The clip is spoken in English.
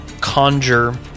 conjure